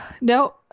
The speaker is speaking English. no